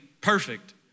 perfect